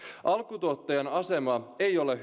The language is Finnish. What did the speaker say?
alkutuottajan asema ei ole